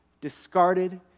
discarded